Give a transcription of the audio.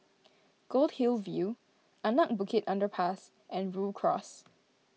Goldhill View Anak Bukit Underpass and Rhu Cross